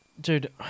dude